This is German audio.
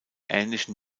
ähnlichen